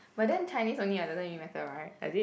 but then Chinese only [what] doesn't really matter right does it